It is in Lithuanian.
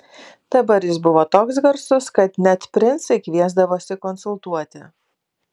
dabar jis buvo toks garsus kad net princai kviesdavosi konsultuoti